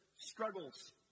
struggles